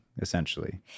essentially